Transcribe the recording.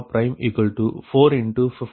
24 ஆகும்